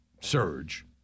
surge